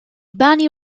bani